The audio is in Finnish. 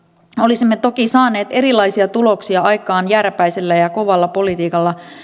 olisimme toki saaneet erilaisia tuloksia aikaan jääräpäisellä ja ja kovalla politiikalla